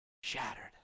shattered